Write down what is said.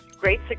great